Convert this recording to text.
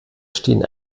stehen